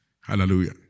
Hallelujah